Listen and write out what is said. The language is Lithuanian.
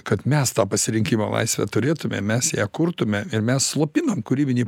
kad mes tą pasirinkimo laisvę turėtume mes ją kurtume ir mes slopinam kūrybinį